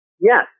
Yes